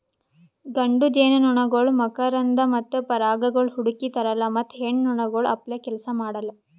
ಗಂಡು ಜೇನುನೊಣಗೊಳ್ ಮಕರಂದ ಮತ್ತ ಪರಾಗಗೊಳ್ ಹುಡುಕಿ ತರಲ್ಲಾ ಮತ್ತ ಹೆಣ್ಣ ನೊಣಗೊಳ್ ಅಪ್ಲೇ ಕೆಲಸ ಮಾಡಲ್